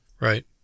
Right